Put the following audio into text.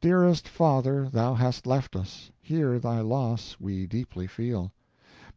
dearest father, thou hast left us, here thy loss we deeply feel